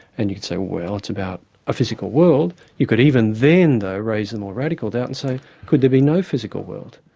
and you'd say, well, it's about a physical world. you could even then though raise a more radical vow and say could there be no physical world?